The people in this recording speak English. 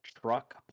truck